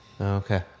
Okay